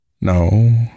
No